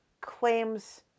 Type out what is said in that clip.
claims